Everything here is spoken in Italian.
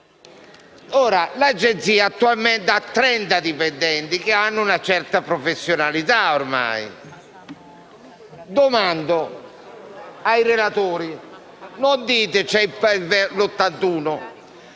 L'Agenzia attualmente ha 30 dipendenti, che hanno una certa professionalità ormai. Dico ai relatori: non dite che